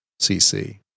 cc